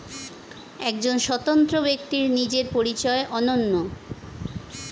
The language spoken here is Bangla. একজন স্বতন্ত্র ব্যক্তির নিজের পরিচয় অনন্য